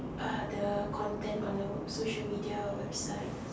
uh the content on the social media website